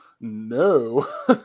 no